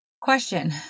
question